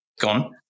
gone